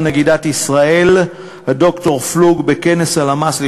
לפני הצהריים נגידת בנק ישראל ד"ר פלוג בכנס הלמ"ס,